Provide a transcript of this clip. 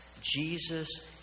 Jesus